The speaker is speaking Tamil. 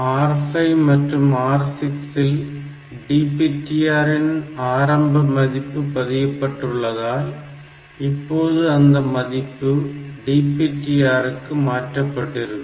R5 மற்றும் R6 இல் DPTR இன் ஆரம்ப மதிப்பு பதியப்பட்டுள்ளதால் இப்போது அந்த மதிப்பு DPTR க்கு மாற்றப்பட்டிருக்கும்